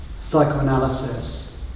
psychoanalysis